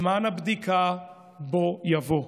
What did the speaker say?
זמן הבדיקה בוא יבוא,